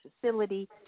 facility